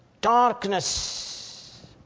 darkness